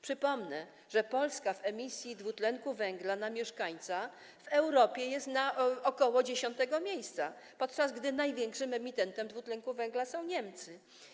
Przypomnę, że Polska w emisji dwutlenku węgla na mieszkańca w Europie jest na ok. 10 miejscu, podczas gdy największym emitentem dwutlenku węgla są Niemcy.